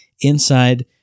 inside